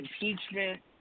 impeachment